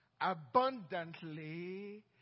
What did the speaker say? abundantly